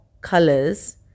colors